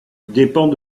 dépend